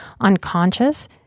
unconscious